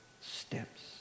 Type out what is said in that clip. steps